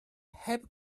heb